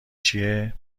چیه